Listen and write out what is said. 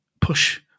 push